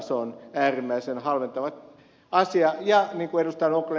se on äärimmäisen halventava asia ja niin kun ed